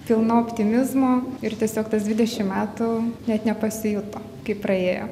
pilna optimizmo ir tiesiog tas dvidešim metų net nepasijuto kaip praėjo